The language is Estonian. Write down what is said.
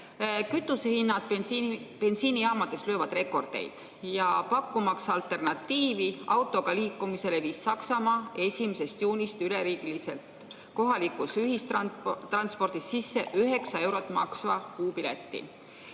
Kütusehinnad bensiinijaamades löövad rekordeid. Pakkumaks alternatiivi autoga liikumisele, viis Saksamaa 1. juunist üleriigiliselt kohalikus ühistranspordis sisse 9 eurot maksva kuupileti.